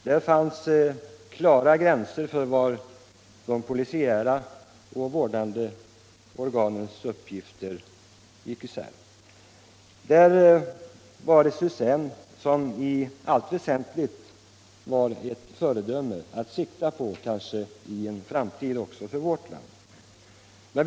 Där fanns klara gränser för var de polisiära och vårdande organens uppgifter gick isär. Det var ett system som i allt väsentligt kan utgöra ett föredöme att sikta på i en framtid kanske också i vårt land.